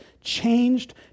changed